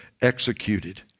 executed